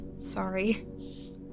sorry